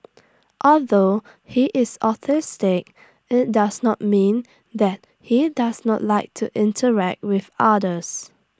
although he is autistic IT does not mean that he does not like to interact with others